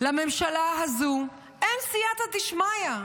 לממשלה הזו אין סייעתא דשמיא.